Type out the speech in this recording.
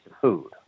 food